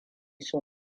sun